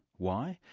why?